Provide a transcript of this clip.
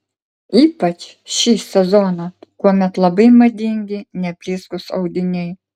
ypač šį sezoną kuomet labai madingi neblizgūs audiniai